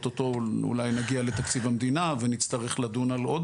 אוטוטו אולי נגיע לתקציב המדינה ונצטרך לדון על עוד